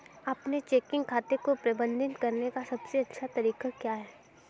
अपने चेकिंग खाते को प्रबंधित करने का सबसे अच्छा तरीका क्या है?